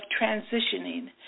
transitioning